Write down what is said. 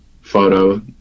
photo